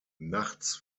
nachts